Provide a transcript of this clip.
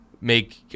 make